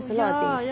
it's a lot of things